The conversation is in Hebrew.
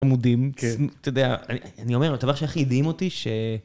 עמודים כן, אתה יודע, אני אומר, הדבר שהכי הדהים אותי, ש...